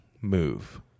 move